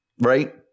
right